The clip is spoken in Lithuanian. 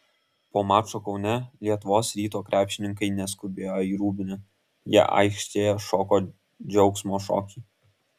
po mačo kaune lietuvos ryto krepšininkai neskubėjo į rūbinę jie aikštėje šoko džiaugsmo šokį